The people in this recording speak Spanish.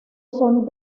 son